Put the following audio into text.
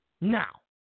Now